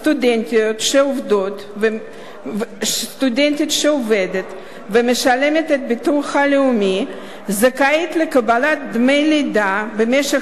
סטודנטית שעובדת ומשלמת את הביטוח הלאומי זכאית לקבלת דמי לידה במשך